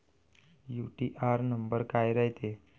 UTR number काय रायते?